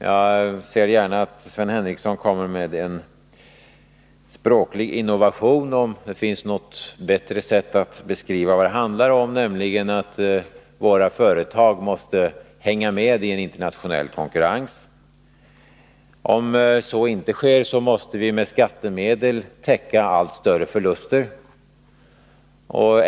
Jag ser gärna att Sven Henricsson kommer med en språklig innovation, om det finns något bättre sätt att beskriva vad det handlar om, nämligen att våra företag måste hänga med i en internationell konkurrens. Om så inte sker måste vi med skattemedel täcka allt större förluster.